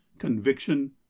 conviction